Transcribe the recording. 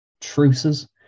Truces